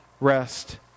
rest